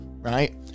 right